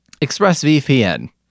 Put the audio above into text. ExpressVPN